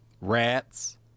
rats